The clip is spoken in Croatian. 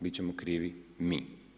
Bit ćemo krivi mi.